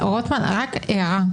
רק הערה.